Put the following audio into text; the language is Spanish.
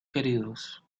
queridos